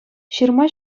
ҫырма